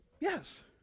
yes